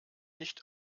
nicht